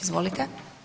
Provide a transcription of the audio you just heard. Izvolite.